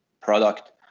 product